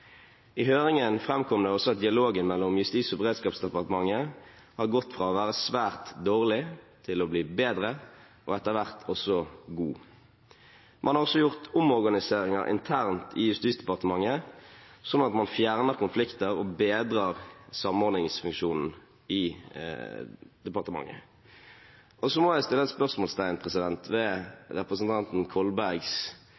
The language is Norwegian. I høringen framkom det også at dialogen mellom Justis- og beredskapsdepartementet og Direktoratet for samfunnssikkerhet og beredskap har gått fra å være svært dårlig til å bli bedre og etter hvert også god. Man har også gjort omorganiseringer internt i Justisdepartementet sånn at man fjerner konflikter og bedrer samordningsfunksjonen i departementet. Så må jeg sette spørsmålstegn ved representanten